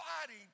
fighting